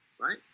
right